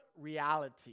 reality